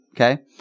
Okay